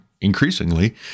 increasingly